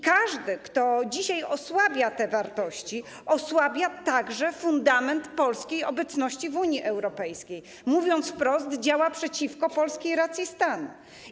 Każdy, kto dzisiaj osłabia te wartości, osłabia także fundament polskiej obecności w Unii Europejskiej, mówiąc wprost, działa przeciwko polskiej racji stanu.